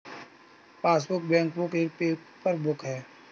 passbook, bankbook एक paper book है